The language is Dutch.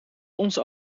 onze